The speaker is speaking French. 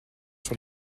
sur